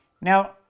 Now